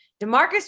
Demarcus